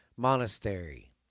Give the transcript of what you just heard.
Monastery